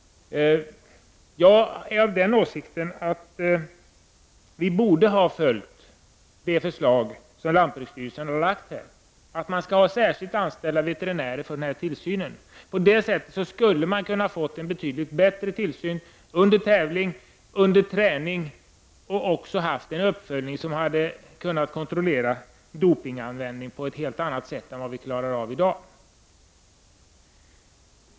Jag är av den åsikten att vi borde ha följt det förslag som lantbruksstyrelsen framlagt och som innebär att man skall ha särskilt anställda veterinärer för denna tillsyn. På det sättet skulle man kunna få betydligt bättre tillsyn under tävling, träning och även kunna ha en annan kontroll av dopningsanvändningen än den som vi har i dag.